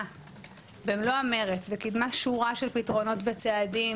במלוא המרץ וקידמה שורה של פתרונות וצעדים,